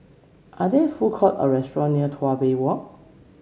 are there food courts or restaurants near Tuas Bay Walk